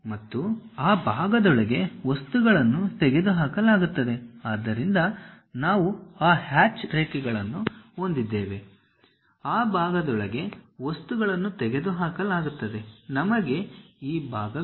ಮತ್ತು ಆ ಭಾಗದೊಳಗೆ ವಸ್ತುಗಳನ್ನು ತೆಗೆದುಹಾಕಲಾಗುತ್ತದೆ ಆದ್ದರಿಂದ ನಾವು ಆ ಹ್ಯಾಚ್ ರೇಖೆಗಳನ್ನು ಹೊಂದಿದ್ದೇವೆ ಆ ಭಾಗದೊಳಗೆ ವಸ್ತುಗಳನ್ನು ತೆಗೆದುಹಾಕಲಾಗುತ್ತದೆ ನಮಗೆ ಈ ಭಾಗವಿದೆ